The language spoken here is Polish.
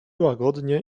łagodnie